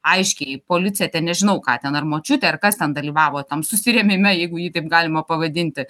aiškiai policija ten nežinau ką ten ar močiutė ar kas ten dalyvavo tam susirėmime jeigu jį taip galima pavadinti